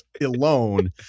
alone